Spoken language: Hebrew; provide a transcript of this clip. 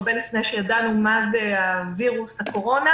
הרבה לפני שידענו מה זה וירוס הקורונה.